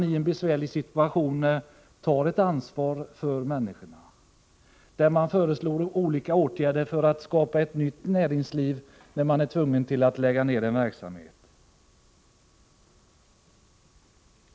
I en besvärlig situation tar vi ett ansvar för människorna. Vi föreslår olika åtgärder för att skapa ett nytt näringsliv, när man är tvungen att lägga ned en verksamhet.